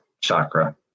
chakra